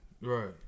Right